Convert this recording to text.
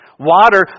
Water